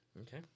Okay